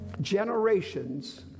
generations